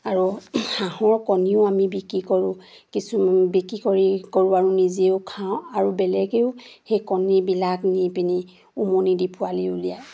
আৰু হাঁহৰ কণীও আমি বিক্ৰী কৰোঁ কিছু বিক্ৰী কৰি কৰোঁ আৰু নিজেও খাওঁ আৰু বেলেগেও সেই কণীবিলাক নি পিনি উমনি দি পোৱালি উলিয়ায়